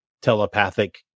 telepathic